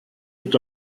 est